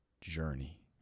journey